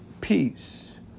peace